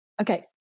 Okay